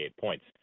points